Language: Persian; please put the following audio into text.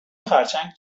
خرچنگ